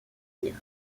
vire